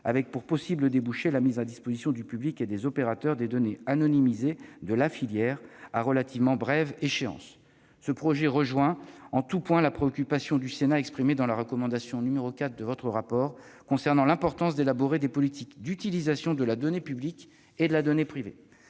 avec pour possible débouché la mise à disposition du public et des opérateurs des données anonymisées de la filière à relativement brève échéance. Ce projet rejoint en tout point la préoccupation du Sénat exprimée au travers de la recommandation n° 4 du rapport, concernant l'importance d'élaborer des politiques d'utilisation de la donnée publique et privée.